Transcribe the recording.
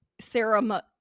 Sarah